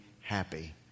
happy